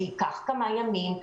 זה ייקח כמה ימים,